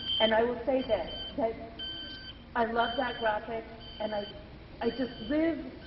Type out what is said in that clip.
and i will say this that i love that graphic and i i just live